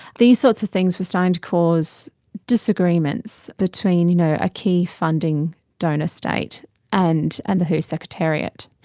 these sorts of things was starting to cause disagreements between you know a key funding donor state and and the who secretariat.